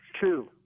Two